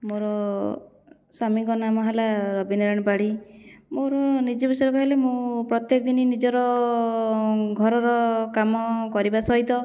ମୋର ସ୍ୱାମୀଙ୍କ ନାମ ହେଲା ରବିନାରାୟଣ ପାଢ଼ୀ ମୋର ନିଜ ବିଷୟରେ କହିଲେ ମୁଁ ପ୍ରତ୍ୟେକ ଦିନ ନିଜର ଘରର କାମ କରିବା ସହିତ